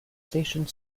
stationed